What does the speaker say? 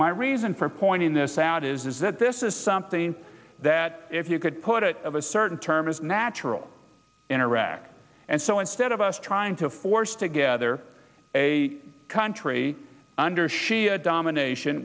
my reason for pointing this out is that this is something that if you could put it of a certain term is natural in iraq and so instead of us trying to force together a country under shia domination